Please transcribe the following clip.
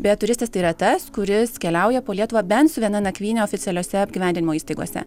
bet turistas tai yra tas kuris keliauja po lietuvą bent su viena nakvyne oficialiose apgyvendinimo įstaigose